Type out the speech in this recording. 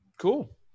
Cool